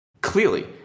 Clearly